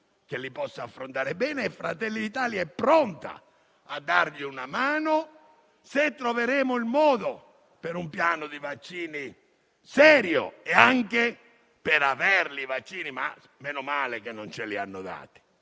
che li possa affrontare bene. Fratelli d'Italia è pronta a dargli una mano, se individueremo un piano di vaccini serio e se avremo i vaccini; ma meno male che non ce li hanno dati,